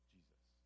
Jesus